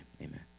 Amen